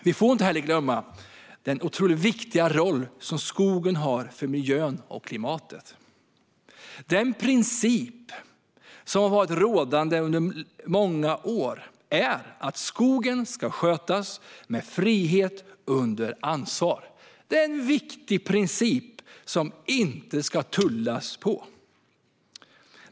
Man får inte heller glömma den viktiga roll som skogen har för miljön och klimatet. Den princip som har varit rådande under många är att skogen ska skötas med frihet under ansvar. Det är en viktig princip som det inte ska tullas på.